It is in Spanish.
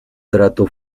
trato